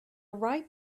ripe